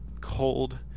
cold